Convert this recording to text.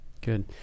Good